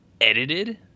edited